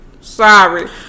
Sorry